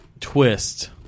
twist